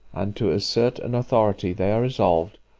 and to assert an authority they are resolved,